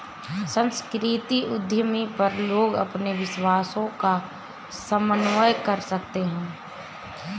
सांस्कृतिक उद्यमी पर लोग अपने विश्वासों का समन्वय कर सकते है